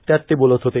त्यात ते बोलत होते